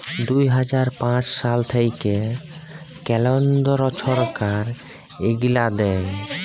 দু হাজার পাঁচ সাল থ্যাইকে কেলদ্র ছরকার ইগলা দেয়